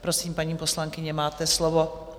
Prosím, paní poslankyně, máte slovo.